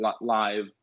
live